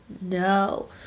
No